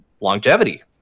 longevity